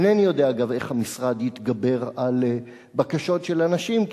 אינני יודע איך המשרד יתגבר על בקשות של אנשים,